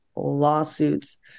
lawsuits